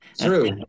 True